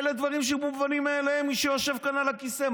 אלה דברים שמובנים מאליהם למי שיושב כאן על הכיסא.